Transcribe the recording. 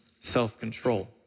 self-control